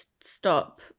stop